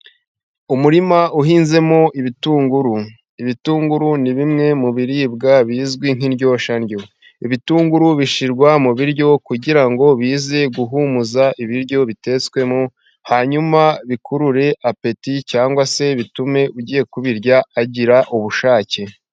Umurima uhinzemo ibitunguru, ibitunguru ni bimwe mu biribwa bizwi nk'indyoshyandyo. Ibitunguru bishyirwa mu biryo kugira ngo bize guhumuza ibiryo bitetswemo hanyuma bikurure apeti cyangwa se bitume ugiye kubirya agira ubushake.